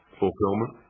fulfillment,